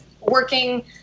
working